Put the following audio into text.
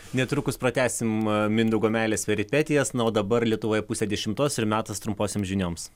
netrukus pratęsim mindaugo meilės peripetijas na o dabar lietuvoj pusė dešimtos ir metas trumposioms žinioms